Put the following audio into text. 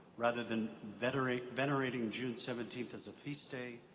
rather than venerating venerating june seventeenth as a feast day,